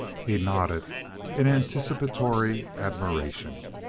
he nodded in anticipatory admiration.